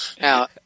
now